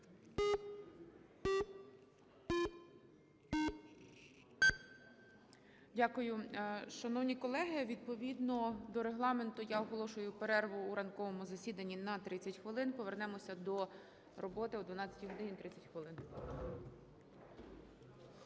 Дякую. Шановні колеги, відповідно до Регламенту я оголошую перерву у ранковому засіданні на 30 хвилин. Повернемося до роботи о 12 годині 30 хвилин.